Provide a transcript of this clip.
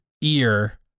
ear